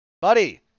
Buddy